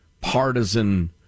partisan